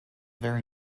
very